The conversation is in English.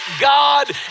God